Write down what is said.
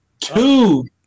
Two